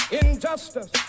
injustice